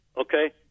Okay